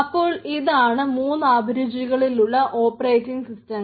അപ്പോൾ ഇതാണ് 3 അഭിരുചികളിലുള്ള ഓപ്പറേറ്റിംഗ് സിസ്റ്റങ്ങൾ